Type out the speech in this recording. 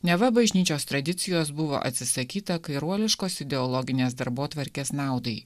neva bažnyčios tradicijos buvo atsisakyta kairuoliškos ideologinės darbotvarkės naudai